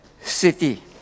city